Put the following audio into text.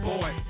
Boy